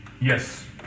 Yes